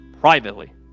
privately